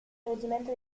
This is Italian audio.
reggimento